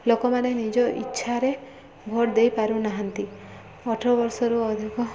ଲୋକମାନେ ନିଜ ଇଚ୍ଛାରେ ଭୋଟ ଦେଇ ପାରୁନାହାନ୍ତି ଅଠର ବର୍ଷରୁ ଅଧିକ